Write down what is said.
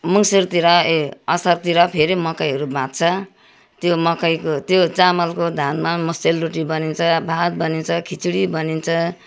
मङ्सिरतिर ए असारतिर फेरि मकैहरू भाँच्छ त्यो मकैको त्यो चामलको धानमा सेलरोटी बनिन्छ भात बनिन्छ खिचडी बनिन्छ